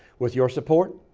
with your support,